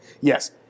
Yes